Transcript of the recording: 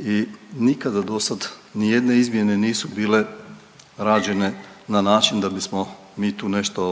i nikada do sad nijedne izmjene nisu bile rađene na način da bismo mi tu nešto